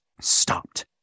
stopped